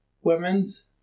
women's